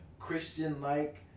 Christian-like